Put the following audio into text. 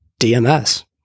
DMS